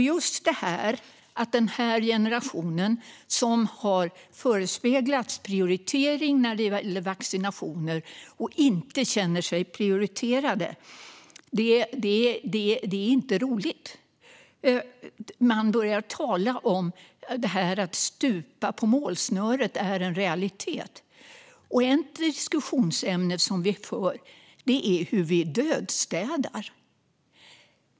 Den här generationen har förespeglats prioritering när det gäller vaccinationer och känner sig inte prioriterad. Det är inte roligt. Man börjar tala om att detta med att stupa på målsnöret är en realitet, och en diskussion vi för handlar om att vi döstädar.